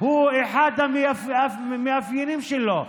הוא אחד המאפיינים שלו.